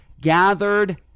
gathered